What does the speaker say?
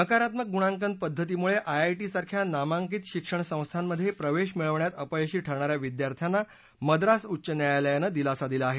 नकारात्मक गुणांकन पद्धतीमुळे आयआयटी सारख्या नामांकित शिक्षण संस्थांमध्ये प्रवेश मिळवण्यात अपयशी ठरणाऱ्या विद्यार्थ्यांना मद्रास उच्च न्यायालयानं दिलासा दिला आहे